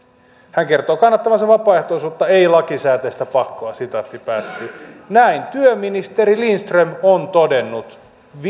hän kertoo kannattavansa vapaaehtoisuutta ei lakisääteistä pakkoa näin työministeri lindström on todennut